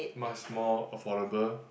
much more affordable